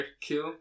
kill